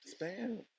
Spam